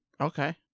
Okay